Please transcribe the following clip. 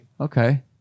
Okay